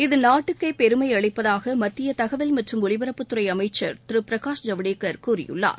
இது நாட்டுக்கே பெருமை அளிப்பதாக மத்திய தகவல் மற்றும் ஒலிபரப்புத்துறை அமைச்சர் திரு பிரகாஷ் ஜவ்டேகர் கூறியுளளார்